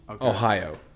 Ohio